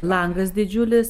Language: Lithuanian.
langas didžiulis